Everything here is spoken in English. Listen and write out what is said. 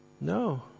No